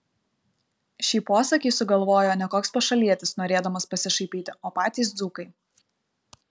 šį posakį sugalvojo ne koks pašalietis norėdamas pasišaipyti o patys dzūkai